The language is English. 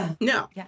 No